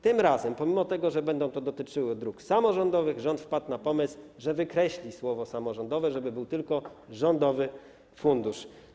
Tym razem, pomimo że będzie to dotyczyło dróg samorządowych, rząd wpadł na pomysł, że wykreśli słowo: samorządowe, żeby był tylko rządowy fundusz.